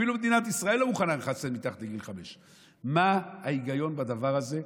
אפילו מדינת ישראל לא מוכנה לחסן מתחת לגיל 5. מה ההיגיון בדבר הזה?